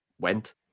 went